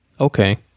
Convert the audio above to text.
Okay